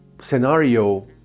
scenario